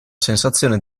sensazione